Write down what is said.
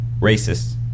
racist